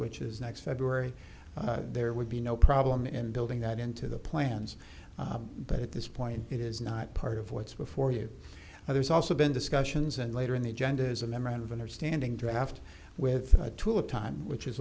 which is next february there would be no problem in building that into the plans but at this point it is not part of what's before you now there's also been discussions and later in the agenda is a memorandum of understanding draft with a tool of time which is